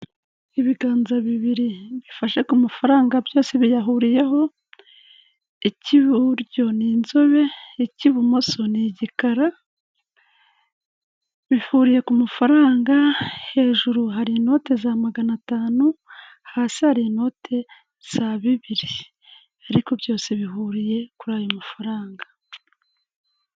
Ibiganza bibiri bifashe ku mafaranga byose biyahuriyeho, ik'ibuburyo ni inzobe, ik'ibumoso ni igikara, bihuriye ku mafaranga hejuru hari inote za magana atanu, hasi hari inote za bibiri. Ariko byose bihuriye kuri ayo mafaranga.